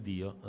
Dio